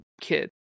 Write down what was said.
kid